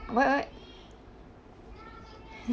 what what